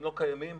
לא קיימים.